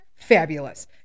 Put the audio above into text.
Fabulous